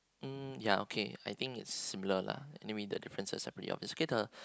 mm ya okay I think is blur lah any way the differences are pretty obvious